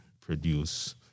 produce